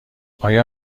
آیا